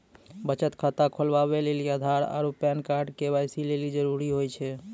बचत खाता खोलबाबै लेली आधार आरू पैन कार्ड के.वाइ.सी लेली जरूरी होय छै